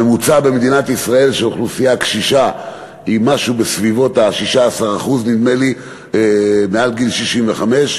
במדינת ישראל הוא בסביבות 16% מעל גיל 65,